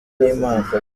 n’imana